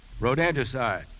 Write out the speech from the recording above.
Rodenticide